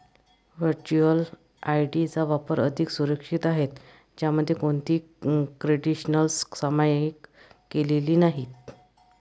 virtual ID चा वापर अधिक सुरक्षित आहे, ज्यामध्ये कोणतीही क्रेडेन्शियल्स सामायिक केलेली नाहीत